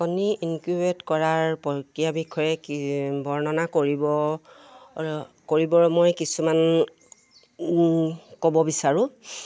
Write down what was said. কণী ইনকিউবেট কৰাৰ প্ৰক্ৰিয়া বিষয়ে কি বৰ্ণনা কৰিব কৰিবৰ মই কিছুমান ক'ব বিচাৰোঁ